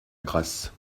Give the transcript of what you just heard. grâce